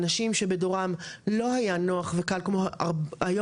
האנשים שבדורם לא היה נוח וקל כמו שהיום,